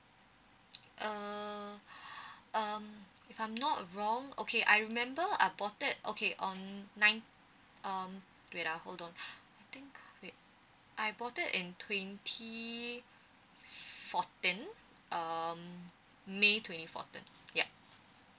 err um if I'm not wrong okay I remember I bought that okay on nine um wait ah hold on I think wait I've bought it in twenty fourteen um may twenty forth yup